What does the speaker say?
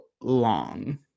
long